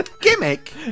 Gimmick